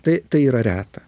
tai tai yra reta